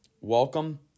welcome